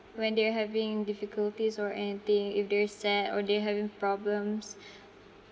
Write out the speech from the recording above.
when they are having difficulties or anything if they're sad or they're having problems